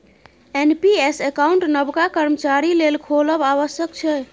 NPS account नबका कर्मचारी लेल खोलब आबश्यक छै